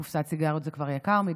קופסת סיגריות זה כבר יקר מדי,